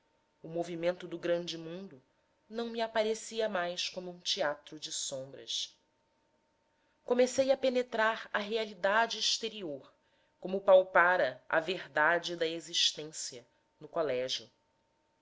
o movimento do grande mundo não me aparecia mais como um teatro de sombras comecei a penetrar a realidade exterior como palpava a verdade da existência no colégio